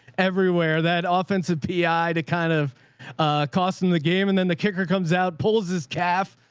everywhere. that offensive pie to kind of cost him the game. and then the kicker comes out, pulls his calf,